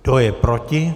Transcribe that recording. Kdo je proti?